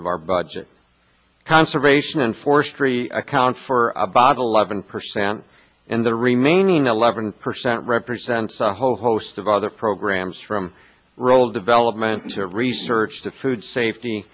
of our budget conservation and forestry account for about eleven percent and the remaining eleven percent represents a whole host of other programs from role development to research the food safety